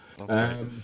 okay